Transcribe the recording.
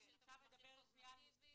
יש את המונמכים קוגניטיבית.